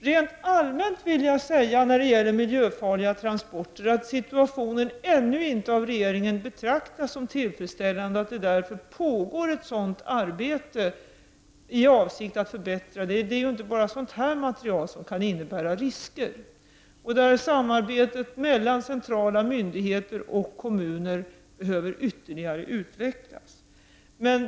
Rent allmänt vill jag säga när det gäller miljöfarliga transporter att situationen ännu inte av regeringen betraktas som tillfredsställande och att det därför pågår ett arbete i avsikt att förbättra situationen. Det är ju inte bara sådant här material som kan innebära risker. Samarbetet mellan centrala myndigheter och kommuner behöver dessutom ytterligare utvecklas.